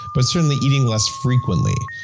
but certainly eating less frequently.